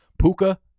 Puka